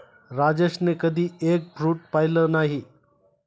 राजेशने कधी egg fruit पाहिलं नाही